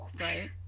Right